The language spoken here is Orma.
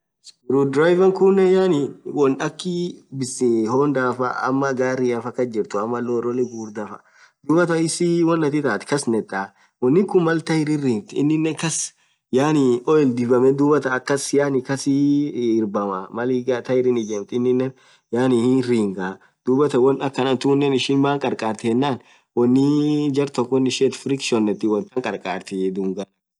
Screwdriver kunen yaani wonn akhiii biss hondhafaa ama gariaf kasjirthu ama lorrolea ghughurdha faa dhuathan isss won athin itathu nethaaa wonn khun Mal tairini rigggi ininen kas yaani oil dhibeni dhuathan akhas akhasiii irabama maliii tyri ijeme ininen hinn ringaa dhuathan won akhana thunen ishin maaan khakahrith wonnii jarthoko won ishin yethee friction yethii wontan kharkharthiii dhub